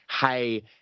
Hey